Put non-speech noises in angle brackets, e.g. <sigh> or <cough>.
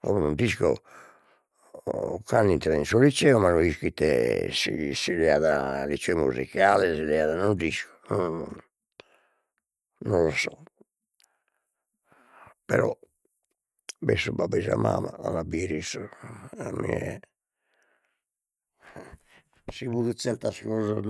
como non nd'isco <hesitation> ocannu intrat in su liceo ma non isco ite <hesitation> si leat liceo musicale si leat non nd'isco <hesitation> non lo so però b'est su babbu e i sa mama, l'an a bier issos a mie <hesitation> si puru zertas cosas